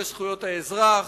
אנשי זכויות האזרח,